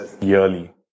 Yearly